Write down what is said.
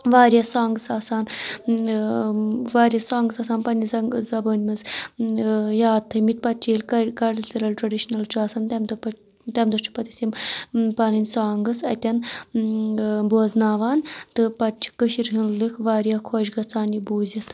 واریاہ سانگٕس آسان واریاہ سانٛگٕس آسان پَننہِ زبٲنۍ منٛز یاد تھٲیمٕتۍ پَتہٕ چھِ ییٚلہِ کر کَلچرَل ٹرٛیڈِشنَل چھُ آسان تَمہِ دۄہ پَتہٕ تَمہِ دۄہ چھِ پَتہٕ أسۍ یِم پَنٕنۍ سانگٕس اَتؠن بوزناوان تہٕ پَتہٕ چھِ کٔشیٖرِ ہُنٛد لٕکھ واریاہ خۄش گژھان یہِ بوٗزِتھ